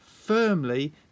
firmly